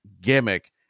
gimmick